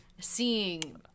seeing